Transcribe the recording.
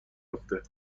افته